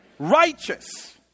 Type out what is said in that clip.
Righteous